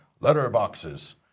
letterboxes